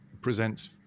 presents